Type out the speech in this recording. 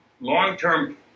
long-term